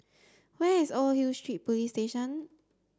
where is Old Hill Street Police Station